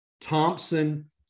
Thompson